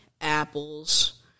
Apples